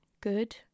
good